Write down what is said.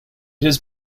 has